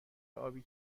آبی